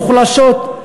מוחלשות,